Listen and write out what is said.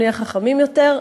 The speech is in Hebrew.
כולנו נהיה חכמים יותר.